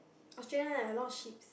Australia lah a lot of sheep's